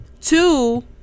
Two